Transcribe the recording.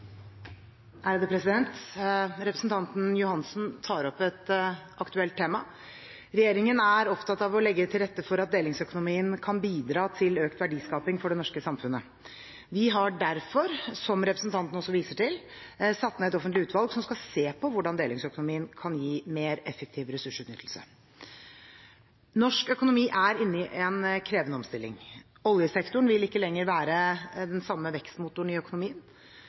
Representanten Johansen tar opp et aktuelt tema. Regjeringen er opptatt av å legge til rette for at delingsøkonomien kan bidra til økt verdiskaping for det norske samfunnet. Vi har derfor, som representanten også viser til, satt ned et offentlig utvalg som skal se på hvordan delingsøkonomien kan gi mer effektiv ressursutnyttelse. Norsk økonomi er inne i en krevende omstilling. Oljesektoren vil ikke lenger være den samme vekstmotoren i økonomien.